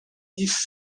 dix